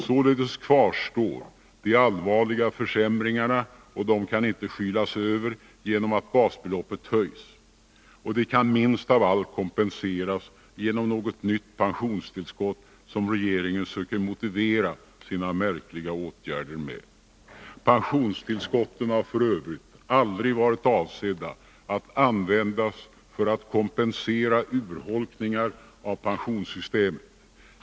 Således kvarstår de allvarliga försämringarna, och de kan inte skylas över genom att basbeloppet höjs. Och de kan minst av allt kompenseras genom något nytt pensionstillskott, som regeringen söker motivera sina märkliga åtgärder med. Pensionstillskotten har f.ö. aldrig varit avsedda att användas för att kompensera urholkningar av pensionssystemet.